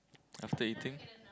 after eating